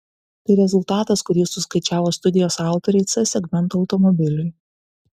tai rezultatas kurį suskaičiavo studijos autoriai c segmento automobiliui